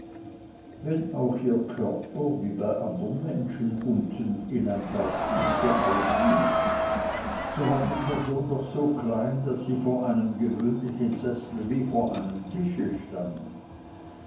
wenn auch ihr körper wie bei andern menschen unten in ein paar füße auslief so war die person doch so klein daß sie vor einem gewöhnlichen sessel wie vor einem tische stand